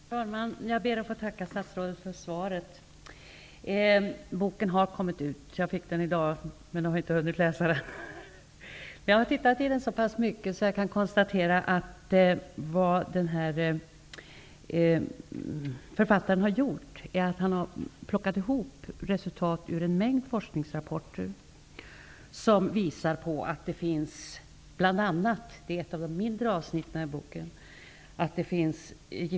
Herr talman! Jag ber att få tacka för svaret. Boken har kommit ut. Jag fick den i dag men har inte hunnit läsa den. Men jag har tittat i den så pass mycket att jag har kunnat konstatera att vad författaren har gjort är att plocka ihop resultat från en mängd forskningsrapporter som visar bl.a. att det finns giftrester i barnmat. Det är ett av de mindre avsnitten i boken.